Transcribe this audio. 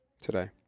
today